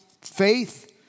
faith